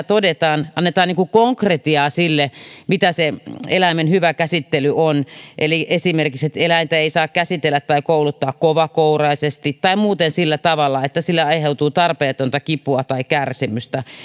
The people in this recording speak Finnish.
todetaan annetaan konkretiaa sille mitä se eläimen hyvä käsittely on eli esimerkiksi eläintä ei saa käsitellä tai kouluttaa kovakouraisesti tai muuten sillä tavalla että sille aiheutuu tarpeetonta kipua tai kärsimystä